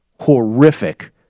horrific